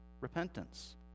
repentance